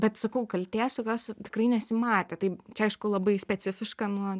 bet sakau kaltės tokios tikrai nesimatė tai čia aišku labai specifiška nuo